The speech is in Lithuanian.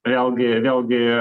vėlgi vėlgi